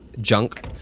junk